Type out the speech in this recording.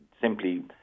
simply